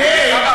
הפ' דרך אגב,